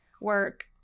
work